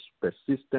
persistent